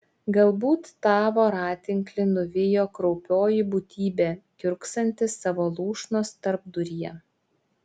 galbūt tą voratinklį nuvijo kraupioji būtybė kiurksanti savo lūšnos tarpduryje